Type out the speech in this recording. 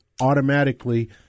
automatically